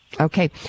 Okay